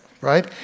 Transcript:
right